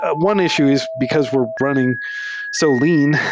ah one issue is because we're running so lean,